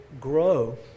grow